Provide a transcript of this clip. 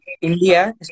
india